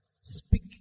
Speak